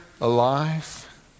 alive